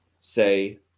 say